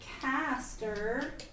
caster